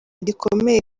gikomeye